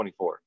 24